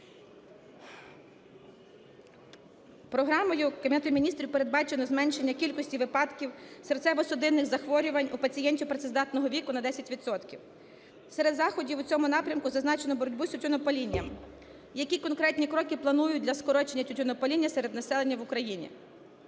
Міністрів передбачено зменшення кількості випадків серцево-судинних захворювань у пацієнтів працездатного віку на 10 відсотків, серед заходів у цьому напрямку зазначено боротьбу з тютюнопалінням. Які конкретні кроки планують для скорочення тютюнопаління серед населення в Україні?